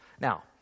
Now